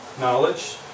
knowledge